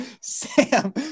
Sam